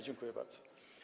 Dziękuję bardzo.